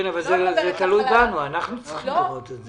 כן, אבל זה תלוי בנו, אנחנו צריכים לראות את זה.